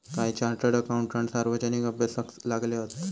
काही chartered accountant सार्वजनिक अभ्यासाक लागले हत